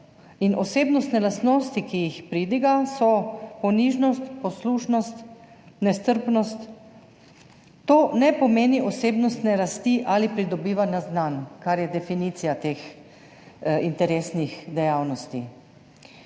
osebnostne lastnosti, ki jih pridiga, to so ponižnost, poslušnost, nestrpnost. To ne pomeni osebnostne rasti ali pridobivanja znanj, kar je definicija teh interesnih dejavnosti.